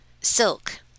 silk